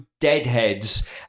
deadheads